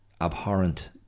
abhorrent